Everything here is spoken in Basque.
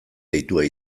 deitua